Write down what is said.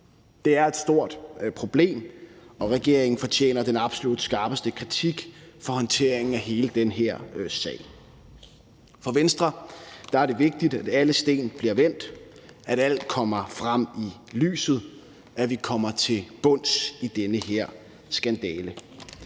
Det er et stort problem, og regeringen fortjener den absolut skarpeste kritik for håndteringen af hele den her sag. For Venstre er det vigtigt, at alle sten bliver vendt, at alt kommer frem i lyset, at vi kommer til bunds i den her skandale.